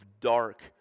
dark